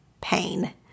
pain